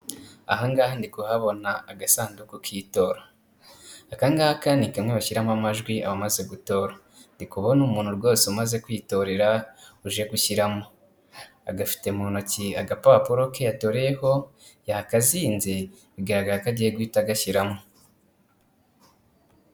Aha ngaha ndi kuhabona agasanduku k'itora, aka ngaka ni kamwe bashyiramo amajwi abamaze gutora, ndi kubona umuntu rwose umaze kwitorera uje gushyiramo, agafite mu ntoki agapapuro ke yatoreyeho yakazinze bigaragara ko agiye guhita gashyiramo.